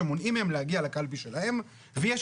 שמונעים מהם להגיע לקלפי שלהם ויש